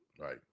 Right